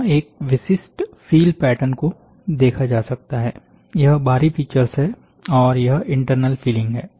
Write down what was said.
यहां एक विशिष्ट फिल पैटर्न को देखा जा सकता है यह बाहरी फीचर्स हैं और यह इंटरनल फिलींग है